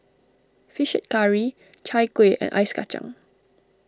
Fish Head Curry Chai Kueh and Ice Kacang